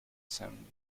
san